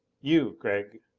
you, gregg.